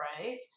right